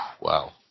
wow